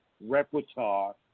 repertoire